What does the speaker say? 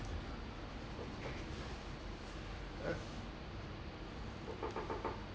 uh